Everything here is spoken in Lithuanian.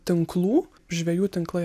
tinklų žvejų tinklai